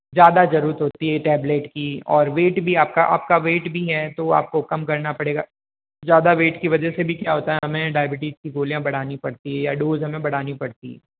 ज़्यादा ज़रूरत होती है टैबलेट की और और वेट भी आपका आपका वेट भी है तो आपको कम करना पड़ेगा ज़्यादा वेट की वजह से भी क्या होता है हमें डायबिटीज़ की गोलियाँ बढ़ानी पड़ती है या डोज़ हमें बढ़ानी पड़ती है